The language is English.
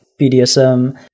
BDSM